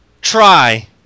try